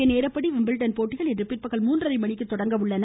இந்திய நேரப்படி விம்பிள்டன் போட்டிகள் இன்றுபிற்பகல் மூன்றரை மணிக்கு தொடங்க உள்ளன